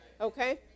Okay